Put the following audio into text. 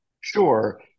Sure